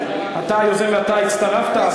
אתה היוזם ואתה הצטרפת?